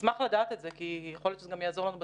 אשמח לדעת את זה כי יכול להיות שזה גם יעזור לנו בצוות.